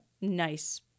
nice